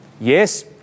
Yes